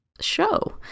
show